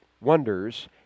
wonders